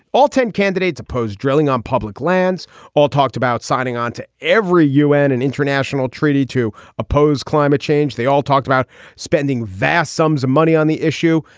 all ten candidates opposed drilling on public lands all talked about signing on to every u n. and international treaty to oppose climate change. they all talked about spending vast sums of money on the issue.